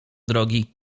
drogi